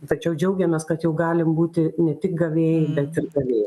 tačiau džiaugiamės kad jau galim būti ne tik gavėjai bet ir davėjai